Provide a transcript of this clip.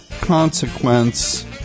consequence